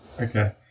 Okay